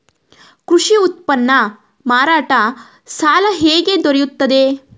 ಕೃಷಿ ಉತ್ಪನ್ನ ಮಾರಾಟ ಸಾಲ ಹೇಗೆ ದೊರೆಯುತ್ತದೆ?